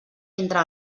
entre